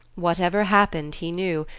whatever happened, he knew,